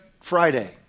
Friday